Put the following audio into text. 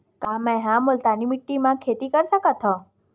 का मै ह मुल्तानी माटी म खेती कर सकथव?